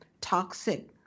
toxic